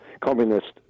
communist